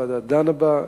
הוועדה דנה בה,